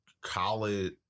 college